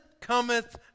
Cometh